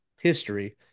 history